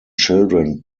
children